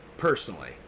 personally